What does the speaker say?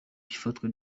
ifatwa